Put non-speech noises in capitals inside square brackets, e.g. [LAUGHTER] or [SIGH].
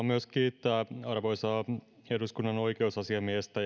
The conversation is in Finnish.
[UNINTELLIGIBLE] myös haluan kiittää arvoisaa eduskunnan oikeusasiamiestä [UNINTELLIGIBLE]